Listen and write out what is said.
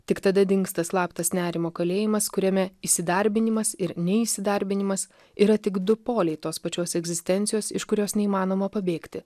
tik tada dingsta slaptas nerimo kalėjimas kuriame įsidarbinimas ir ne įsidarbinimas yra tik du poliai tos pačios egzistencijos iš kurios neįmanoma pabėgti